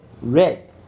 red